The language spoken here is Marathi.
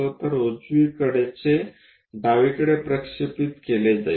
तर उजवीकडचे डावीकडे प्रक्षेपित केले जाईल